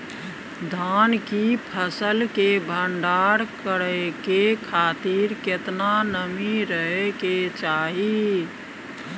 धान की फसल के भंडार करै के खातिर केतना नमी रहै के चाही?